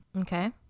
okay